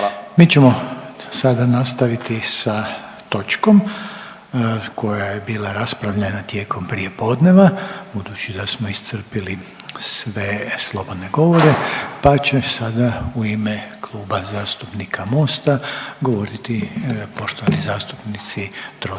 Mi ćemo sada nastaviti sa točkom koja je bila raspravljena tijekom prijepodneva budući da smo iscrpili sve slobodne govore pa će sada u ime Kluba zastupnika Mosta govoriti poštovani zastupnici Troskot